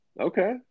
Okay